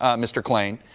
ah mr. klain,